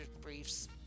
briefs